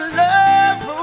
love